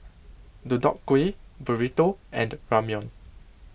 Deodeok Gui Burrito and Ramyeon